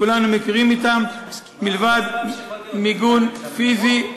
שכולנו מכירים אותן, מלבד מיגון פיזי.